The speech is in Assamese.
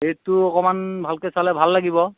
ৰেটটো অকণমান ভালকৈ চালে ভাল লাগিব আৰু